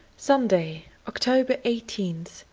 sunday, october eighteenth,